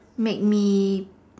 make me